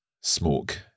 Smoke